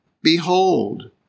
Behold